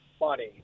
money